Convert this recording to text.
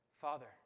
Father